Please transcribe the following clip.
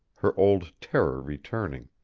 her old terror returning.